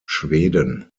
schweden